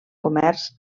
comerç